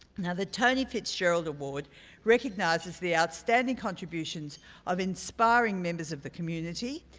now, the tony fitzgerald award recognizes the outstanding contributions of inspiring members of the community,